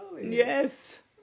Yes